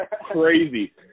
Crazy